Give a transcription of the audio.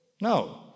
No